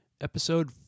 episode